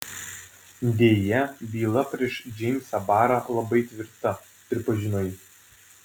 deja byla prieš džeimsą barą labai tvirta pripažino ji